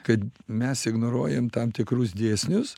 kad mes ignoruojam tam tikrus dėsnius